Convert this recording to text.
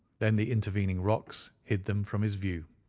then the intervening rocks hid them from his view.